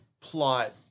plot